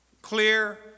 Clear